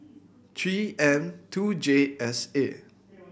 Three M two J S A